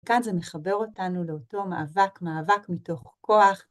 כאן זה מחבר אותנו לאותו מאבק, מאבק מתוך כוח.